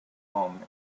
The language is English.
home